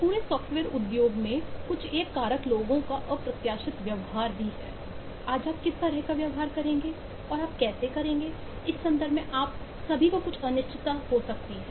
और पूरे सॉफ्टवेयर उद्योग में कुछ 1 कारक लोगों का अप्रत्याशित व्यवहार है आज आप किस तरह का व्यवहार करेंगे और आप कैसे करेंगे इस संदर्भ में आप सभी को कुछ अनिश्चितता हो सकती है